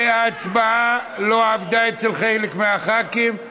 שההצבעה לא עבדה אצל חלק מהח"כים.